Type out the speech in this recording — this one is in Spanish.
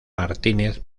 martínez